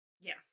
Yes